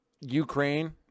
Ukraine